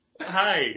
Hi